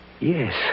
Yes